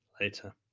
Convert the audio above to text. later